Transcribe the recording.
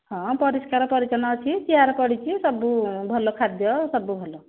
ହଁ ପରିଷ୍କାର ପରିଚ୍ଛନ୍ନ ଅଛି ଚେଆର୍ ପଡ଼ିଛି ସବୁ ଭଲ ଖାଦ୍ୟ ସବୁ ଭଲ